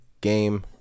game